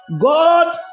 God